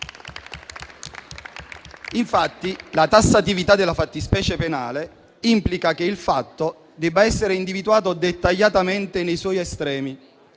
Infatti, la tassatività della fattispecie penale implica che il fatto debba essere individuato dettagliatamente nei suoi estremi.